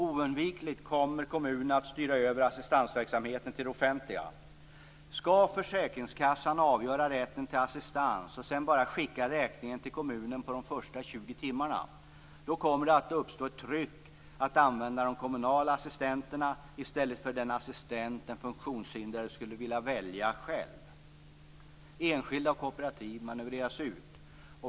Oundvikligt kommer kommunerna att styra över assistansverksamheten till det offentliga. Skall försäkringskassan avgöra rätten till assistans och sedan bara skicka räkningen på de första 20 timmarna till kommunen, kommer det att uppstå ett tryck att använda de kommunala assistenterna i stället för den assistent den funktionshindrade skulle vilja välja själv. Enskilda och kooperativ manövreras ut.